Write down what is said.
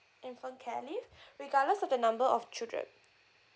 infant care leave regardless of the number of children